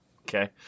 Okay